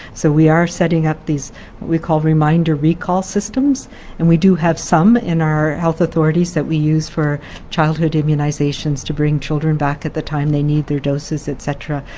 so we are setting up what we call reminder recall systems and we do have some in our health authorities that we use for childhood immunizations to bring children back at the time they need their doses, et cetera.